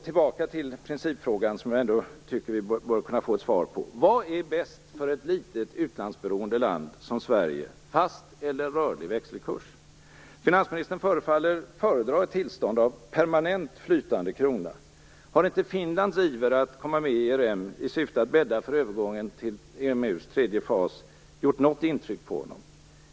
Tillbaka till principfrågan, som jag ändå tycker att vi bör kunna få ett svar på: Vad är bäst för ett litet, utlandsberoende land som Sverige, fast eller rörlig växelkurs? Finansministern förefaller föredra ett tillstånd av permanent flytande krona. Har inte Finlands iver att komma med i ERM i syfte att bädda för övergången till EMU:s tredje fas gjort något intryck på finansministern?